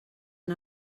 han